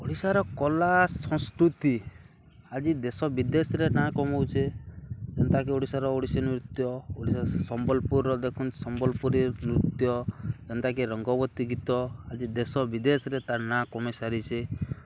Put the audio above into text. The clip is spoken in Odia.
ଓଡ଼ିଶାର କଲା ସଂସ୍କୃତି ଆଜି ଦେଶ ବିଦେଶରେ ନାଁ କମଉଛେ ଯେନ୍ତାକି ଓଡ଼ିଶାର ଓଡ଼ିଶୀ ନୃତ୍ୟ ଓଡ଼ିଶା ସମ୍ବଲପୁର୍ର ଦେଖୁନ୍ ସମ୍ବଲପୁରୀ ନୃତ୍ୟ ଯେନ୍ତାକି ରଙ୍ଗବତୀ ଗୀତ ଆଜି ଦେଶ ବିଦେଶ୍ରେ ତାର୍ ନାଁ କମେଇ ସାରିଛେ